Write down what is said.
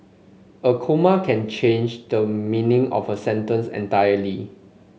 a comma can change the meaning of a sentence entirely